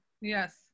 yes